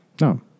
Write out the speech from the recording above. No